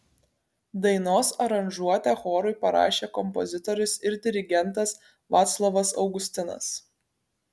dainos aranžuotę chorui parašė kompozitorius ir dirigentas vaclovas augustinas